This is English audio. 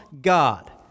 God